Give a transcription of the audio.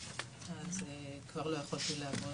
ואז כבר לא יכולתי לעבוד.